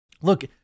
Look